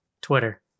Twitter